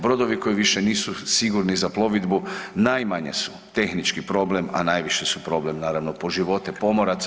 Brodovi koji više nisu sigurni za plovidbu najmanje su tehnički problem, a najviše su problem naravno po živote pomoraca.